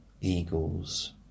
Eagles